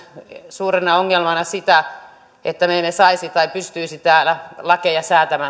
suurena ongelmana sitä että me emme täällä saisi säätää tai pystyisi säätämään lakeja